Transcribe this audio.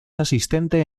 asistente